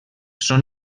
són